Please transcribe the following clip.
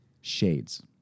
Shades